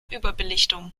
überbelichtung